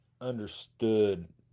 understood